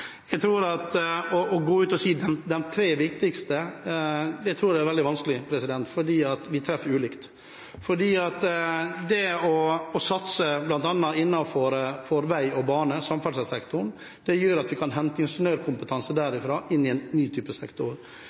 jeg er veldig vanskelig, for vi treffer ulikt. Å satse bl.a. innenfor vei og bane, samferdselssektoren, gjør at vi kan hente ingeniørkompetanse derfra og inn i en annen sektor.